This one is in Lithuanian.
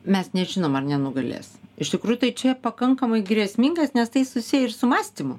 mes nežinom ar nenugalės iš tikrųjų tai čia pakankamai grėsmingas nes tai susiję ir su mąstymu